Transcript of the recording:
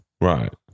right